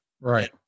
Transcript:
Right